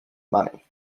money